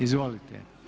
Izvolite.